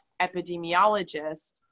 epidemiologist